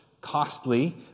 costly